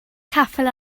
capel